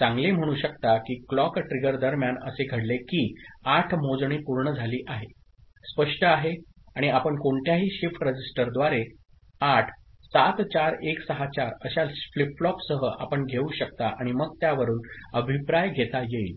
चांगले म्हणू शकता की क्लॉक ट्रिगर दरम्यान असे घडले की 8 मोजणी पूर्ण झाली आहे स्पष्ट आहे आणि आपण कोणत्याही शिफ्ट रजिस्टरद्वारे 8 74164 अशा फ्लिप फ्लॉपसह आपण घेऊ शकता आणि मग त्यावरून अभिप्राय घेता येईल